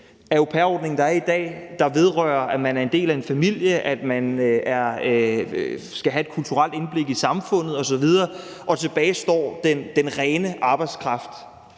der er i dag og vedrører, at man er en del af en familie, og at man skal have et kulturelt indblik i samfundet osv. Tilbage står den rene arbejdskraft